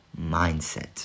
mindset